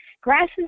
Grasses